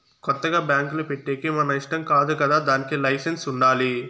కొత్తగా బ్యాంకులు పెట్టేకి మన ఇష్టం కాదు కదా దానికి లైసెన్స్ ఉండాలి